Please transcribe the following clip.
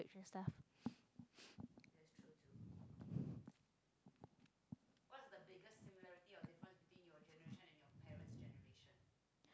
and stuff